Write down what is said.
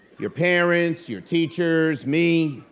your parents, your teachers, me,